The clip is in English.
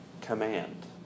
command